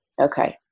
Okay